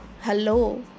hello